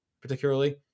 particularly